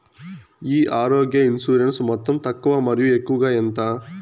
ఈ ఆరోగ్య ఇన్సూరెన్సు మొత్తం తక్కువ మరియు ఎక్కువగా ఎంత?